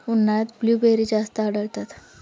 उन्हाळ्यात ब्लूबेरी जास्त आढळतात